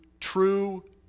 true